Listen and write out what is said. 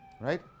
right